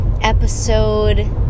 episode